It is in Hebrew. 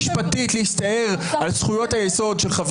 הממשלה (תיקון מס' 14) (שר נוסף במשרד וכשירותם של השרים).